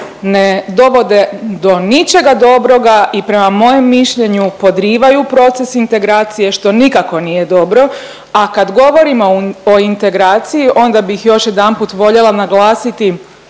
ne dovode do ničega dobroga i prema mojemu mišljenju podrivaju proces integracije, što nikako nije dobro, a kad govorimo o integraciji onda bih još jedanput voljela naglasiti